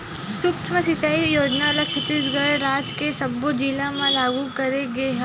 सुक्ष्म सिचई योजना ल छत्तीसगढ़ राज के सब्बो जिला म लागू करे गे हवय